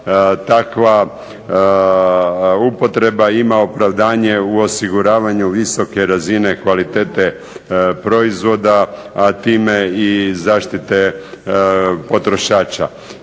takva upotreba ima opravdanje u osiguravanju visoke razine kvalitete proizvoda, a time i zaštite potrošača.